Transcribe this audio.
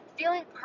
feeling